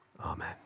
Amen